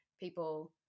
people